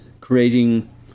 creating